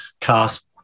cast